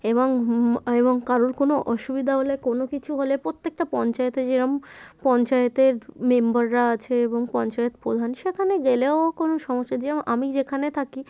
এবং এবং কারোর কোনো অসুবিধা হলে কোনো কিছু হলে প্রত্যেকটা পঞ্চায়েতে যেরকম পঞ্চায়েতের মেম্বাররা আছে এবং পঞ্চায়েত প্রধান সেখানে গেলেও কোনো সমস্যা যেরকম আমি যেখানে থাকি